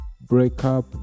breakup